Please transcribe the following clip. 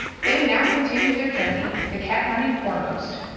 they now continued their journey, the cat running foremost.